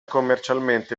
commercialmente